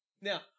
Now